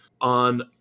on